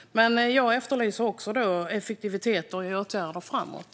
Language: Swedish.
Men jag efterlyser effektivitet och åtgärder framåt.